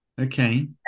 Okay